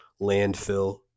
Landfill